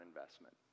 investment